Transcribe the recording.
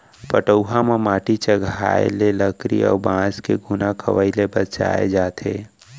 पटउहां म माटी चघाए ले लकरी अउ बांस के घुना खवई ले बचाए जाथे